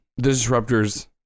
disruptor's